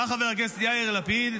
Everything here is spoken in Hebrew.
בא חבר הכנסת יאיר לפיד,